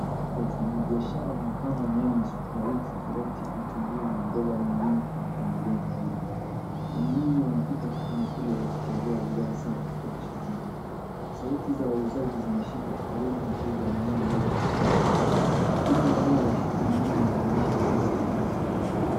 Wafanyi biashara wamepanga nyanya, sukumawiki, karoti, vitunguu na mboga nyingine kwa mpangilio mzuri. Wanunuzi wanapita huku na kule wakichagua bidhaa safi kutoka shambani. Sauti za wauzaji zinashika karibu mteja nunua mboga zako hapo. Hii ni eneo la shighuli nyingi na maisha halisi ya kila siku.